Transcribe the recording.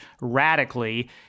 radically